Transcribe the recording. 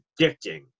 addicting